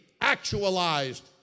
actualized